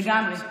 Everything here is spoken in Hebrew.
לגמרי.